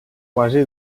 quasi